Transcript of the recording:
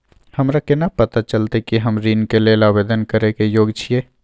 हमरा केना पता चलतई कि हम ऋण के लेल आवेदन करय के योग्य छियै?